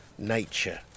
Nature